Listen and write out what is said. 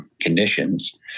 conditions